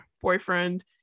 boyfriend